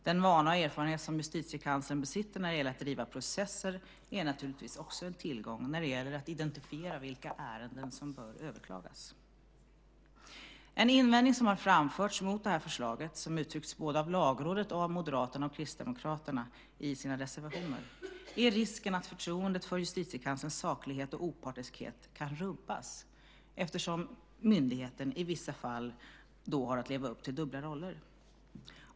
Den vana och erfarenhet som Justitiekanslern besitter av att driva processer är naturligtvis också en tillgång när det gäller att identifiera vilka ärenden som bör överklagas. En invändning som har framförts mot förslaget, som uttrycks både av Lagrådet och av Moderaterna och Kristdemokraterna i sina reservationer, är risken att förtroendet för Justitiekanslerns saklighet och opartiskhet kan rubbas eftersom myndigheten i vissa fall då har att leva upp till dubbla roller.